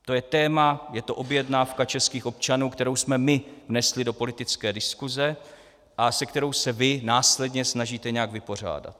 To je téma, je to objednávka českých občanů, kterou jsme my vnesli do politické diskuse a se kterou se vy následně snažíte nějak vypořádat.